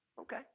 Okay